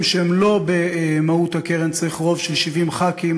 שהם לא במהות הקרן צריך רוב של 70 חברי כנסת.